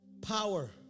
power